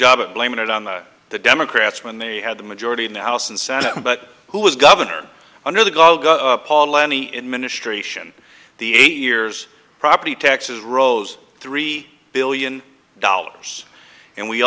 job of blaming it on the the democrats when they had the majority in the house and senate but who was governor under the god paul lenny in ministration the eight years property taxes rose three billion dollars and we